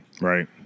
Right